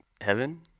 heaven